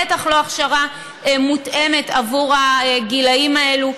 בטח לא הכשרה מותאמת עבור הגילים האלה,